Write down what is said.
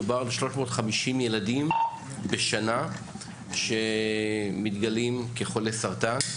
מדובר ב-350 ילדים בשנה שמתגלים כחולי סרטן.